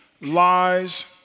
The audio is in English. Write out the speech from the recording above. lies